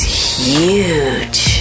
huge